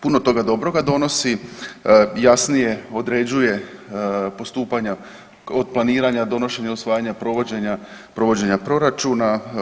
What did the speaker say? Puno toga dobroga donosi, jasnije određuje postupanja od planiranja, donošenja, usvajanja, provođenja, provođenja proračuna.